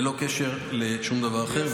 ללא קשר לשום דבר אחר,